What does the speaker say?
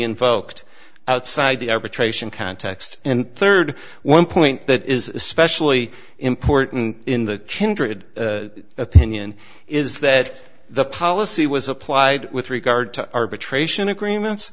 invoked outside the arbitration context and third one point that is especially important in the kindred opinion is that the policy was applied with regard to arbitration agreements